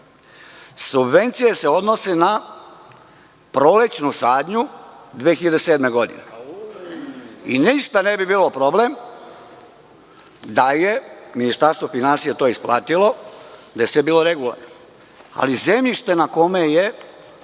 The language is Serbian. subvencije se odnose na prolećnu sadnju 2007. godine. Ništa ne bi bilo problem da je Ministarstvo finansija to isplatilo i da je sve bilo regularno, ali zemljište na kome je